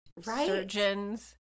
Surgeons